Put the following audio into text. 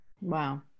Wow